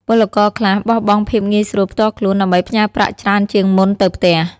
ពលករខ្លះបោះបង់ភាពងាយស្រួលផ្ទាល់ខ្លួន ដើម្បីផ្ញើប្រាក់ច្រើនជាងមុនទៅផ្ទះ។